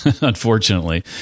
unfortunately